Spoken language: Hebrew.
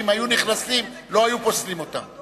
שאם היו נכנסים לא היו פוסלים אותם.